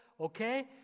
okay